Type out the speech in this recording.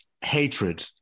hatred